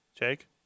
Jake